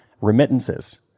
remittances